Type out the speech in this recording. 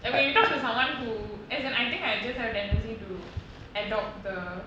like when you talk to someone who as in I think I just have a tendency to adopt the